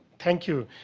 thank you,